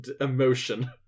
emotion